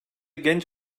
genç